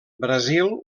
brasil